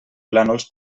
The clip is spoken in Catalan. plànols